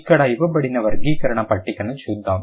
ఇక్కడ ఇవ్వబడిన వర్గీకరణ పట్టికను చూద్దాం